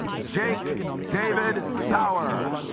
jake david sour